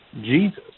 Jesus